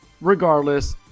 regardless